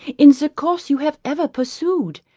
in the course you have ever pursued,